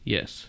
Yes